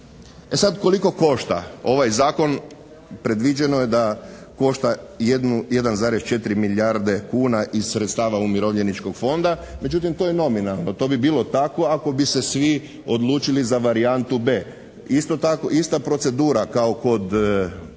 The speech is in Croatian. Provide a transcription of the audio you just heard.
E sada koliko košta ovaj zakon? Predviđeno je da košta 1,4 milijardi kuna iz sredstava umirovljeničkog fonda, međutim to je nominalno. To bi bilo tako ako bi se svi odlučili za varijantu b). Ista procedura kao kod